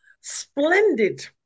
splendid